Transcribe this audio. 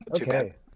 Okay